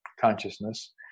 consciousness